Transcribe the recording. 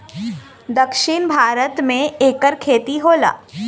दक्षिण भारत मे एकर खेती होला